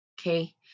okay